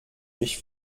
ich